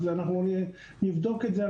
אז אנחנו נבדוק את זה.